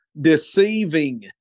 deceiving